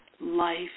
life